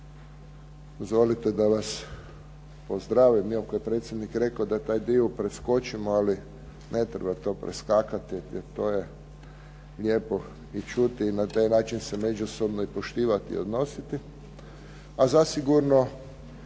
Dozvolite da vas pozdravim, iako je predsjednik rekao da je taj dio preskočimo, ali ne treba to preskakati, jer to je lijepo i čuti i na taj način se međusobno i poštivati i odnositi. A zasigurno